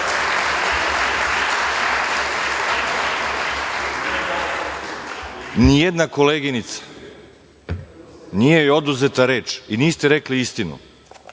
tiradu?)Nijedna koleginica, nije joj oduzeta reč i niste rekli istinu,